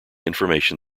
information